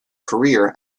career